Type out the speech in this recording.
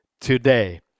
today